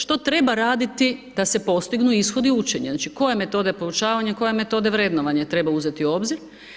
Što treba raditi da se potegnu ishodi učenja, znači koje metode poučavanja, koje metode vrednovanja treba uzeti u obzir.